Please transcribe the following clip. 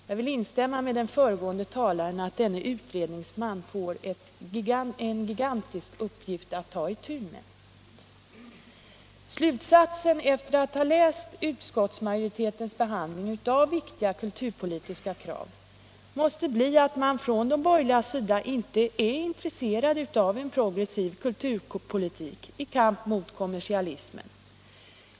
Jag vill instämma i den föregående talarens bedömning att denne utredningsman får en gigantisk uppgift att ta itu med. Slutsatsen efter att ha läst utskottsmajoritetens behandling av viktiga kulturpolitiska krav måste bli att man från de borgerligas sida inte är intresserad av en progressiv kulturpolitik i kamp mot kommersialismen.